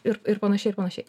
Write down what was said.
ir ir panašiai ir panašiai